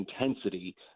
intensity